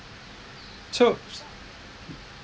so